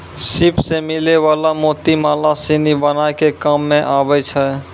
सिप सें मिलै वला मोती माला सिनी बनाय के काम में आबै छै